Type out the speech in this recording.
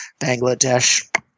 Bangladesh